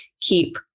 keep